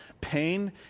pain